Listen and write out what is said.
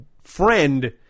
friend